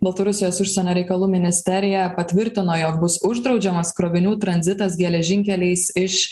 baltarusijos užsienio reikalų ministerija patvirtino jog bus uždraudžiamas krovinių tranzitas geležinkeliais iš